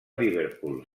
liverpool